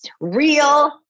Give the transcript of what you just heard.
Real